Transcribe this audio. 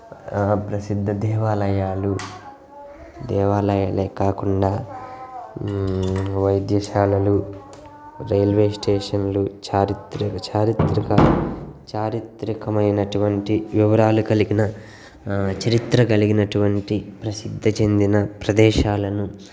ప్రసిద్ధ దేవాలయాలు దేవాలయాలే కాకుండా వైద్యశాలలు రైల్వే స్టేషన్లు చారిత్రక చారిత్రిక చారిత్రకమైనటువంటి వివరాలు కలిగిన చరిత్ర కలిగినటువంటి ప్రసిద్ది చెందిన ప్రదేశాలను